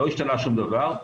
לא השתנה שום דבר,